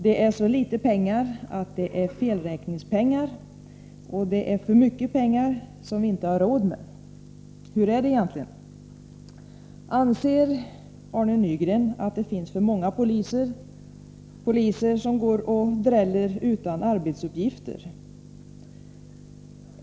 Det är så litet pengar att man kan tala om felräkningar, men samtidigt är det för mycket pengar så att vi inte har råd. Hur förhåller det sig egentligen? Anser Arne Nygren att det finns för många poliser som går och dräller utan arbetsuppgifter?